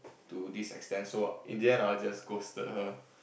to this extent so in the end I will just ghosted her